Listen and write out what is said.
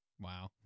wow